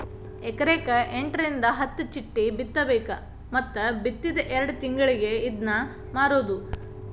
ಎಕರೆಕ ಎಂಟರಿಂದ ಹತ್ತ ಚಿಟ್ಟಿ ಬಿತ್ತಬೇಕ ಮತ್ತ ಬಿತ್ತಿದ ಎರ್ಡ್ ತಿಂಗಳಿಗೆ ಇದ್ನಾ ಮಾರುದು